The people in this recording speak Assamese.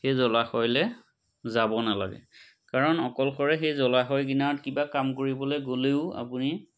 সেই জলাশয়লৈ যাব নালাগে কাৰণ অকলশৰে সেই জলাশয়ৰ কিনাৰত কিবা কাম কৰিবলৈ গ'লেও আপুনি